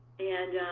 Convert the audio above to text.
and